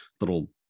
little